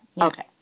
Okay